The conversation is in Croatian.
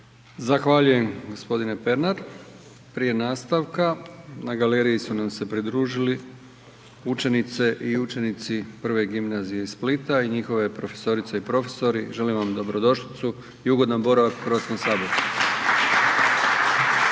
Zahvaljujem g. Pernar. Prije nastavka na galeriji su nam se pridružili učenice i učenici Prve gimnazije iz Splita i njihove profesorice i profesori, želim vam dobrodošlicu i ugodan boravak u Hrvatskom saboru.